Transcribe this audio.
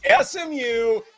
SMU